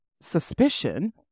suspicion